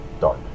dark